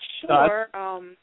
sure